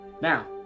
Now